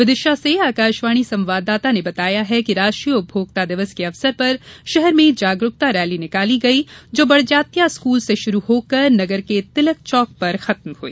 विदिशा से आकाशवाणी संवाददाता ने बताया है कि राष्ट्रीय उपभोक्ता दिवस के अवसर पर शहर में जागरूकता रैली निकाली गई जो बड़जात्या स्कूल से प्रारंभ होकर नगर के तिलक चौक पर सम्पन्न हुई